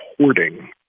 hoarding